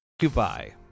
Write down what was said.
Goodbye